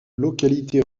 localité